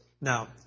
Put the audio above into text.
Now